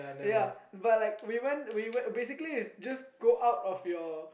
yea but like we went we basically is just go out of your